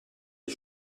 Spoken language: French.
est